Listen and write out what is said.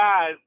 guys